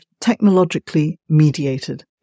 technologically-mediated